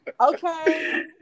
Okay